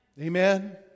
Amen